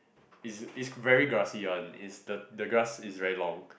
it's it's very grassy [one] is the the grass is very long